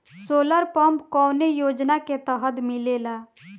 Solar pump कौने योजना के तहत मिलेला?